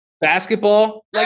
basketball